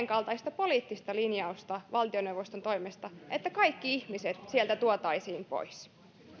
senkaltaista poliittista linjausta valtioneuvoston toimesta että kaikki ihmiset sieltä tuotaisiin pois